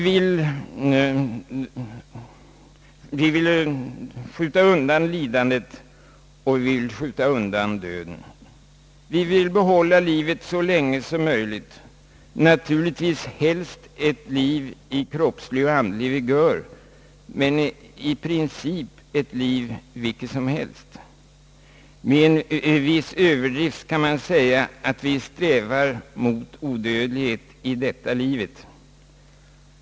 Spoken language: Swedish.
Vi vill skjuta undan lidandet, och vi vill skjuta undan döden. Vi vill behålla livet så länge som möjligt, naturligtvis helst ett liv i kroppslig och andlig vigör, men i princip ett liv vilket som helst. Med viss överdrift kan man säga att vi »strävar mot odödlighet i detta livet».